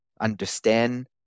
understand